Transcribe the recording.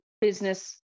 business